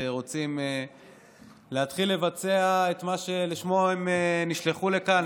רוצים להתחיל לבצע את מה שלשמו הם נשלחו לכאן,